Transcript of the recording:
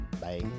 Bye